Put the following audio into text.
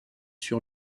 sur